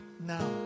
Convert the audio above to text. now